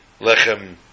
Lechem